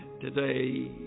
today